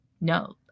no